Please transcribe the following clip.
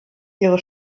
ihre